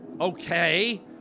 Okay